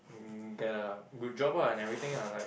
mm get a good job ah and everything ah like